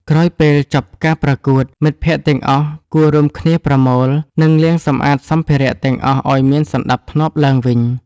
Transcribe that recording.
ក្រោយពេលចប់ការប្រកួត មិត្តភក្តិទាំងអស់គួររួមគ្នាប្រមូល និងលាងសម្អាតសម្ភារៈទាំងអស់ឱ្យមានសណ្ដាប់ធ្នាប់ឡើងវិញ។